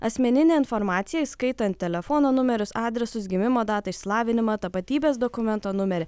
asmeninę informaciją įskaitant telefono numerius adresus gimimo datą išsilavinimą tapatybės dokumento numerį